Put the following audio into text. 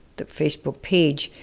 the facebook page,